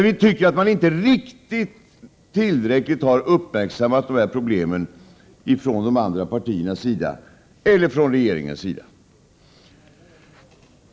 Vi tycker att man inte tillräckligt uppmärksammat de här problemen från de andra partiernas sida eller från regeringens sida.